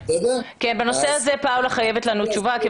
בנושא הזה פאולה חייבת לנו תשובה.